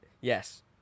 Yes